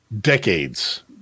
decades